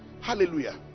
Hallelujah